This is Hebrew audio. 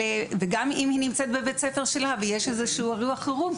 וגם אם היא נמצאת בבית ספר שלה ויש איזה אירוע חירום,